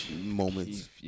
moments